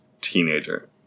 teenager